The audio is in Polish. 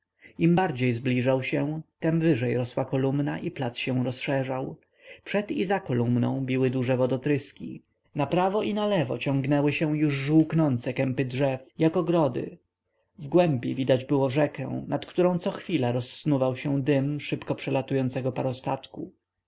im bardziej zbliżał się tem wyżej rosła kolumna i plac się rozszerzał przed i za kolumną biły duże wodotryski naprawo i nalewo ciągnęły się już żółknące kępy drzew jak ogrody wgłębi widać było rzekę nad którą cochwilę rozsnuwał się dym szybko przelatującego parostatku